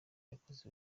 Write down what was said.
yakoze